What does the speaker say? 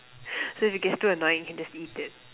so if it gets too annoying you can just eat it